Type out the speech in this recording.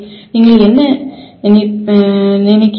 நீங்கள் என்ன நினைக்கறீர்கள்